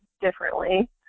differently